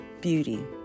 beauty